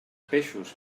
peixos